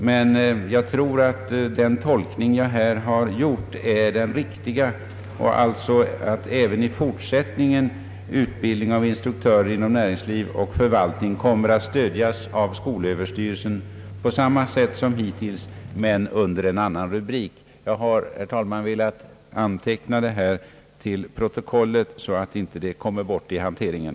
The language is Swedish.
Jag tror emellertid att den tolkning jag här har gjort är den riktiga och att således även i fortsättningen utbildningen av instruktörer inom näringsliv och förvaltning kommer att stödjas av skolöverstyrelsen på samma sätt som hittills men under en annan rubrik. Jag har, herr talman, velat anteckna detta till protokollet så att det inte kommer bort i hanteringen.